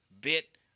bit